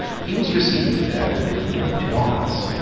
he was received there with the wonted honours.